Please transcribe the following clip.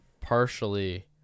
partially